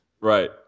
Right